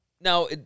Now